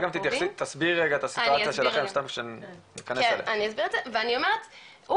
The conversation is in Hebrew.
ואני אומרת,